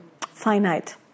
finite